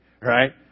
Right